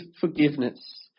forgiveness